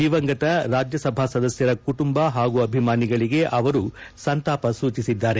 ದಿವಂಗತ ರಾಜ್ಯಸಭಾ ಸದಸ್ನರ ಕುಟುಂಬ ಹಾಗೂ ಅಭಿಮಾನಿಗಳಿಗೆ ಅವರು ಸಂತಾಪ ಸೂಚಿಸಿದ್ದಾರೆ